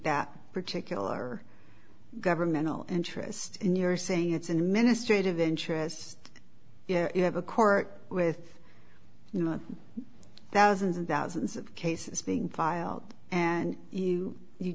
that particular governmental interest in you're saying it's in a ministry to venturous if you have a court with you know thousands and thousands of cases being filed and you you